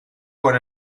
con